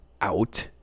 out